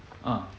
uh